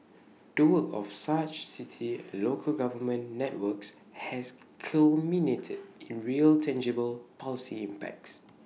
the work of such city and local government networks has culminated in real tangible policy impacts